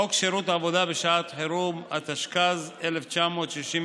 חוק שירות עבודה בשעת חירום, התשכ"ז 1967,